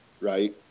right